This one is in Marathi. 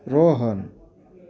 रोहन